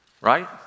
Right